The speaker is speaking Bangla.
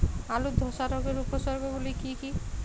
আলুর ধসা রোগের উপসর্গগুলি কি কি?